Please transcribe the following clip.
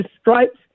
stripes